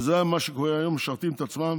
וזה מה שקורה היום, משרתים את עצמם